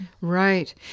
Right